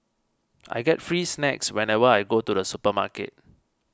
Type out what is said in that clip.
I get free snacks whenever I go to the supermarket